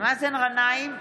מאזן גנאים,